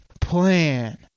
plan